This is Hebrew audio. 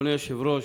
אדוני היושב-ראש,